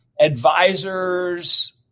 advisors